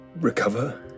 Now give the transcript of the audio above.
recover